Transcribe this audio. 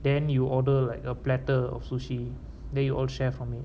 then you order like a platter of sushi then you all share from me